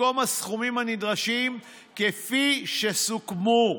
במקום הסכומים הנדרשים כפי שסוכמו,